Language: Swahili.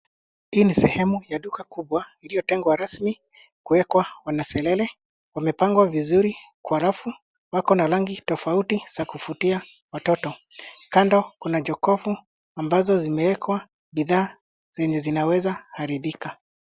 Hii ni sehemu ya duka kubwa iliyotengwa rasmi kuwekwa wanasesere. Wamepangwa vizuri kwa rafu. Wako na rangi tofauti za kuvutia watoto. Kando, kuna jokofu ambazo zimewekwa bidhaa zenye zinaweza haribika.